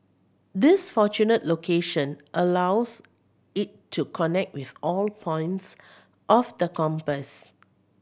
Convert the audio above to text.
this fortunate location allows it to connect with all points of the compass